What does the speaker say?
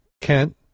kent